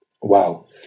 wow